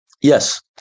yes